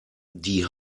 die